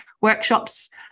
workshops